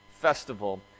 festival